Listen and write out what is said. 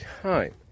time